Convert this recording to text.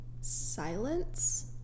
silence